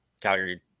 Calgary